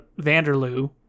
vanderloo